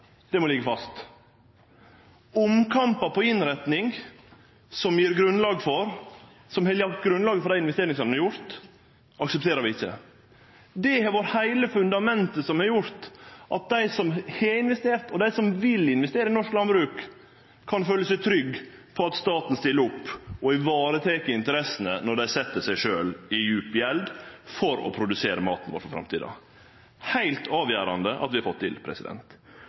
på, må liggje fast. Omkampar på innretning som har lagt grunnlaget for investeringane som er gjorde, aksepterer vi ikkje. Det har vore heile fundamentet som har gjort at dei som har investert, og dei som vil investere i norsk landbruk, kan føle seg trygge på at staten stiller opp og varetek interessene når dei set seg i djup gjeld for å produsere maten vår for framtida. Det er det heilt avgjerande at vi har fått til.